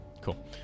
Cool